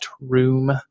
room